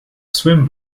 swim